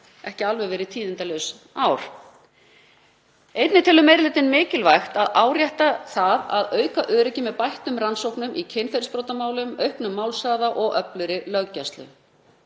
verið alveg tíðindalaus ár. Einnig telur meiri hlutinn mikilvægt að árétta það að auka öryggi með bættum rannsóknum í kynferðisbrotamálum, auknum málshraða og öflugri löggæslu.